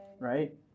Right